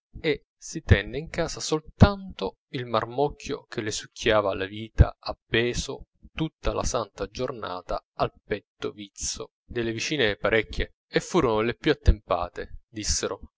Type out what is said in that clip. e si tenne in casa soltanto il marmocchio che le succhiava la vita appeso tutta la santa giornata al petto vizzo delle vicine parecchie e furono le più attempate dissero